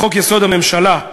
בחוק-יסוד: הממשלה,